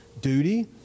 duty